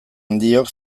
handiok